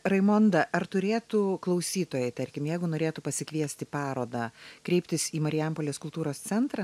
raimonda ar turėtų klausytojai tarkim jeigu norėtų pasikviesti parodą kreiptis į marijampolės kultūros centrą